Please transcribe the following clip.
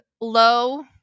low